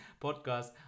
podcast